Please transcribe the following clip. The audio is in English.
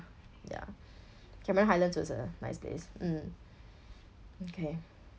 ya cameron highlands was a nice place mm okay